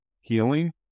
healing